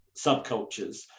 subcultures